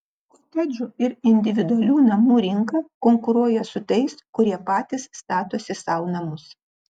kotedžų ir individualių namų rinka konkuruoja su tais kurie patys statosi sau namus